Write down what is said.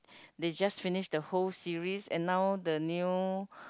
they just finished the whole series and now the new